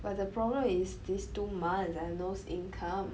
but the problem is these two months I have no income